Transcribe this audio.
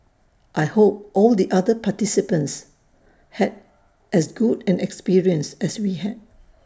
I hope all the other participants had as good an experience as we had